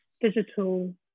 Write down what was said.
digital